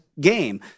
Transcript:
game